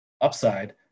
upside